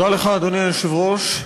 תודה לך, אדוני היושב-ראש.